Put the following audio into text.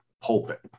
pulpit